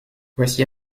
voici